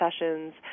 sessions